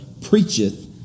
preacheth